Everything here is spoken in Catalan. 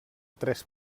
tres